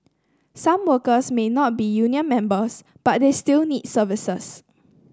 some workers may not be union members but they still need services